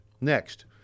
Next